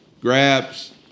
grabs